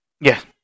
Yes